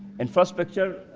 and first picture